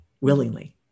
willingly